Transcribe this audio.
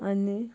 आनी